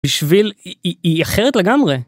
בשביל, היא אחרת לגמרי.